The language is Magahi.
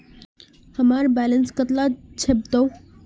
हमार बैलेंस कतला छेबताउ?